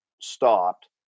stopped